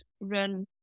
run